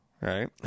right